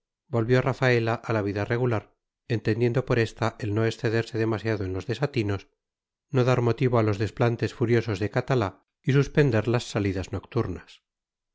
volvió rafaela a la vida regular entendiendo por esta el no excederse demasiado en los desatinos no dar motivo a los desplantes furiosos de catalá y suspender las salidas nocturnas